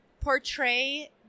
portray